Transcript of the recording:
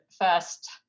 first